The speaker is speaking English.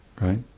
right